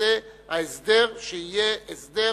יימצא ההסדר שיהיה הסדר